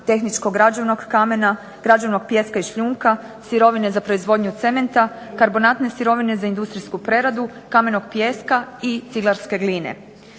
tehničkog građevnog kamena, građevnog pijeska i šljunka, sirovine za proizvodnju cementa, karbonatne sirovine za industrijsku preradu kamenog pijeska i ciglarske gline.